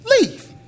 leave